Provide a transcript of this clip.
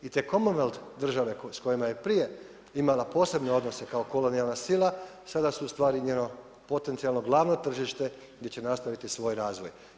I Commonwealth države s kojima je prije imala posebne odnose kao kolonijalna sila sada su ustvari njeno potencijalno glavno tržište gdje će nastaviti svoj razvoj.